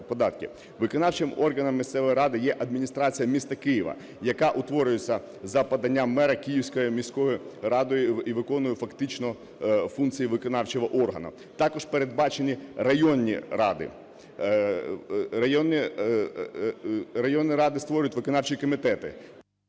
Виконавчим органом місцевої ради є адміністрація міста Києва, яка утворюється за поданням мера Київською міською радою і виконує фактично функції виконавчого органу. Також передбачені районні ради. Районні ради створюють виконавчі комітети.